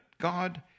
God